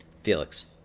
Felix